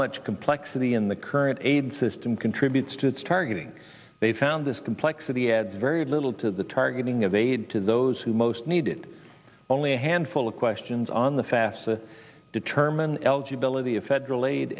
much complexity in the current aid system can tributes to its targeting they found this complexity had very little to the targeting of aid to those who most need it only a handful of questions on the fast to determine eligibility of federal aid